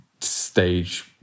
stage